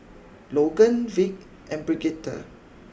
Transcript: Logan Vic and Bridgette